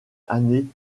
année